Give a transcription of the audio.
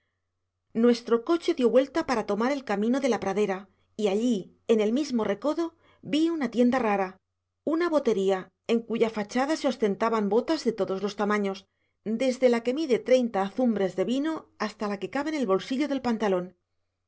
nuestro coche dio vuelta para tomar el camino de la pradera y allí en el mismo recodo vi una tienda rara una botería en cuya fachada se ostentaban botas de todos los tamaños desde la que mide treinta azumbres de vino hasta la que cabe en el bolsillo del pantalón